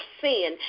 sin